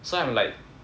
so I'm like